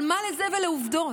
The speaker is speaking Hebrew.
אבל מה לזה ולעובדות?